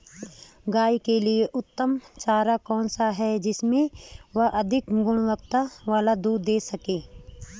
गाय के लिए उत्तम चारा कौन सा है जिससे वह अधिक गुणवत्ता वाला दूध दें सके?